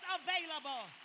available